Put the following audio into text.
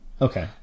Okay